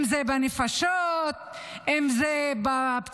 אם זה בנפשות, אם זה בפצועים.